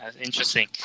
Interesting